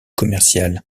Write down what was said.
commercial